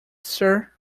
sir